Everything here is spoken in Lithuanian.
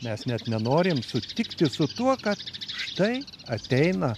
mes net nenorim sutikti su tuo kad štai ateina